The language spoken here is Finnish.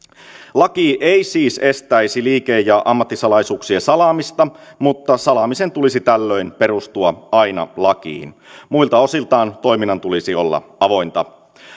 laki ei siis estäisi liike ja ammattisalaisuuksien salaamista mutta salaamisen tulisi tällöin perustua aina lakiin muilta osiltaan toiminnan tulisi olla avointa